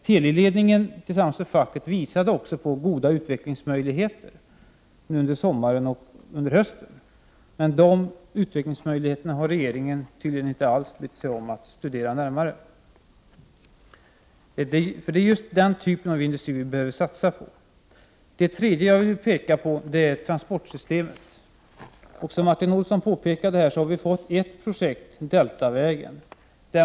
Teliledningen tillsammans med facket visade också under sommaren och hösten på goda utvecklingsmöjligheter, men de utvecklingsmöjligheterna har regeringen tydligen inte alls brytt sig om att närmare studera. Det är den typen av industri vi behöver satsa på. Det tredje jag vill peka på är transportsystemet. Som Martin Olsson påpekade har vi fått projektet Deltavägen.